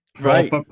Right